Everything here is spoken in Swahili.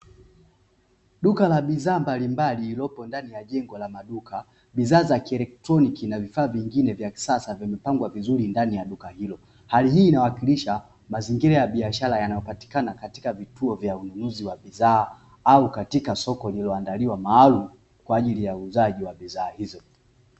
Duka la bidhaa mbalimbali lililopo ndani ya jengo la maduka, bidhaa za kielektroniki na vifaa vingine vya kisasa vimepangwa vizuri ndani ya duka hilo. Hali hii inawakilisha mazingira ya biashara yanayopatikana katika vituo vya ununuzi wa bidhaa au katika soko lililoandaliwa maalumu kwa ajili ya uuzaji wa bidhaa hizo.